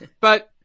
But-